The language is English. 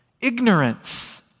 ignorance